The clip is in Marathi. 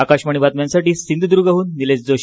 आकाशवाणी बातम्यांसाठी सिंधुदुर्गहून निलेश जोशी